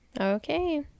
Okay